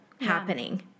happening